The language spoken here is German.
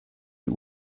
die